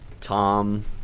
Tom